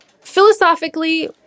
Philosophically